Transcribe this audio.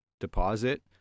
deposit